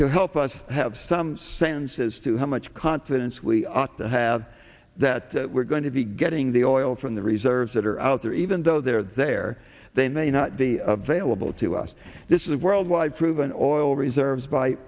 to help us have some sense as to how much confidence we ought to have that we're going to be getting the oil from the reserves that are out there even though they're there they may not be available to us this is worldwide proven oil reserves by